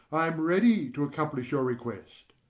i am ready to accomplish your request,